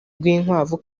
rwinkwavu